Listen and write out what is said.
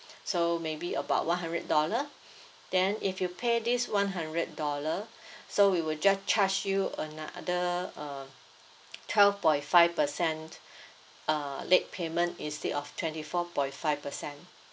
so maybe about one hundred dollar then if you pay this one hundred dollar so we will just charge you another uh twelve point five percent uh late payment instead of twenty four point five percent